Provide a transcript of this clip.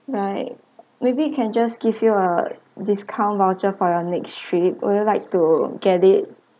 right maybe can just give you a discount voucher for your next trip would you like to get it